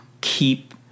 Keep